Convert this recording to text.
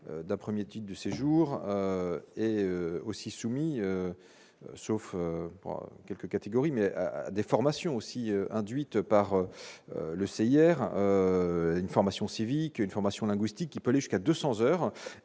d'un 1er titre du séjour est aussi soumis sauf pour quelques catégories mais des formations aussi induite par le C. hier une formation civique, une formation linguistique qui peut aller jusqu'à 200 heures et